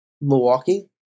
Milwaukee